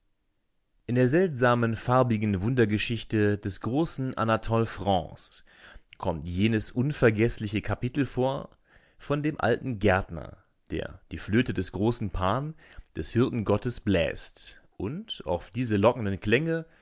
in der seltsamen farbigen wundergeschichte des großen anatole france kommt jenes unvergeßliche kapitel vor von dem alten gärtner der die flöte des großen pan des hirtengottes bläst und auf diese lockenden klänge